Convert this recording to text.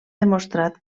demostrat